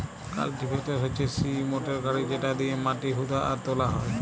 cultivator হচ্যে সিই motor গাড়ি যেটা দিয়েক মাটি হুদা আর তোলা হয়